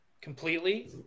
completely